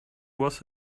was